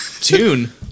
Tune